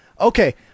okay